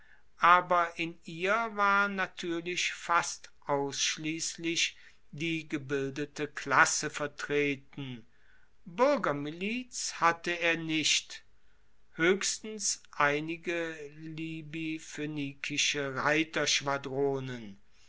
aber in ihr war natuerlich fast ausschliesslich die gebildete klasse vertreten buergermiliz hatte er nicht hoechstens einige libyphoenikische